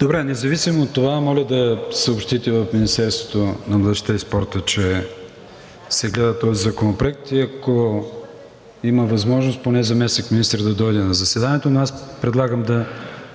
Добре, независимо от това, моля да съобщите в Министерството на младежта и спорта, че се гледа този законопроект, и ако има възможност, поне заместник-министър да дойде на заседанието, но аз предлагам да